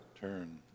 Turn